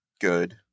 good